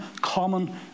common